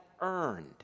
earned